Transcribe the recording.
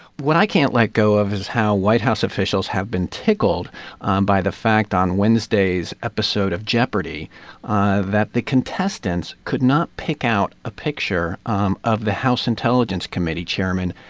what i can't let go of his how white house officials have been tickled um by the fact on wednesday's episode of jeopardy that the contestants could not pick out a picture um of the house intelligence committee chairman,